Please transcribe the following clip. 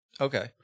okay